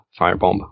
firebomb